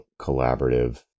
collaborative